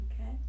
okay